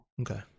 Okay